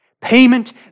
Payment